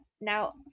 now